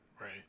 Right